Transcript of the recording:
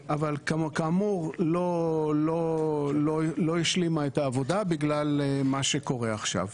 כאמור, העבודה לא הושלמה בגלל מה שקורה עכשיו.